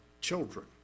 children